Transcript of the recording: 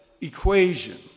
equation